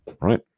right